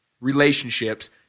relationships